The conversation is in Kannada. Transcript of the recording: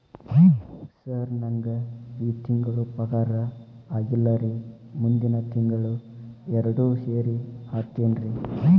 ಸರ್ ನಂಗ ಈ ತಿಂಗಳು ಪಗಾರ ಆಗಿಲ್ಲಾರಿ ಮುಂದಿನ ತಿಂಗಳು ಎರಡು ಸೇರಿ ಹಾಕತೇನ್ರಿ